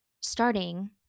starting